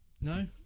No